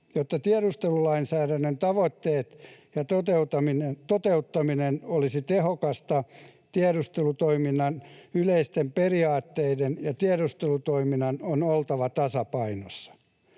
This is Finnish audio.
Jotta tiedustelulainsäädännön tavoitteiden toteuttaminen olisi tehokasta, tiedustelutoiminnan yleisten periaat-teiden ja tiedustelutoiminnan on oltava tasapainossa.